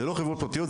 זה לא חברות פרטיות,